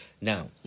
Now